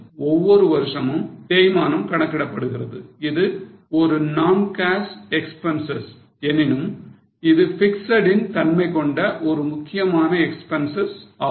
ஒவ்வொரு வருஷமும் தேய்மானம் கணக்கிடப்படுகிறது இது ஒரு non cash எக்பென்சஸ் எனினும் இது பிக்ஸட் இன் தன்மைகொண்ட ஒரு முக்கியமான எக்பென்சஸ் ஆகும்